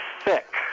thick